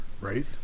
right